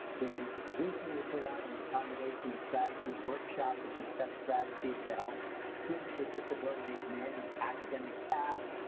we recently put on an accommodation strategies workshop to discuss strategies to help students with disabilities manage academic tasks,